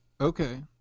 Okay